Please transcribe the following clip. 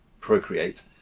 Procreate